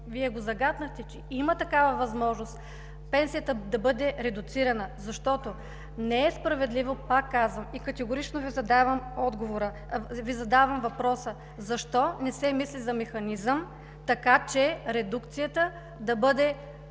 Вие го загатнахте, че има такава възможност пенсията да бъде редуцирана, защото не е справедливо. Пак казвам и категорично Ви задавам въпроса: защо не се мисли за механизъм, така че редукцията да бъде спрямо